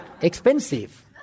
Expensive